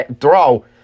throw